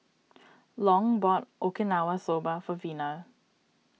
Long bought Okinawa Soba for Vina